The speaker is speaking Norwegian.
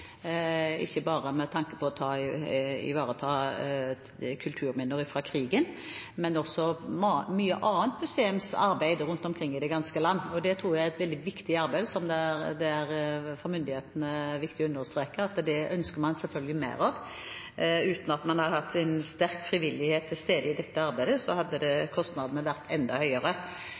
ikke bare med tanke på å ivareta kulturminner fra krigen, men også når det gjelder mye annet museumsarbeid rundt omkring i det ganske land. Det er et veldig viktig arbeid, og for myndighetene er det viktig å understreke at det ønsker man selvfølgelig mer av. Uten at man hadde hatt en sterk frivillighet til stede i dette arbeidet, hadde kostnadene vært enda høyere.